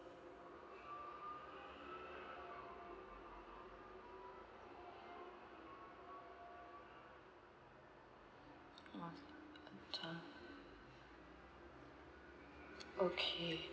okay